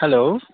hello